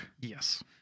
Yes